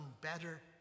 better